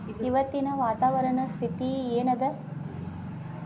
ಇವತ್ತಿನ ವಾತಾವರಣ ಸ್ಥಿತಿ ಏನ್ ಅದ?